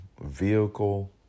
vehicle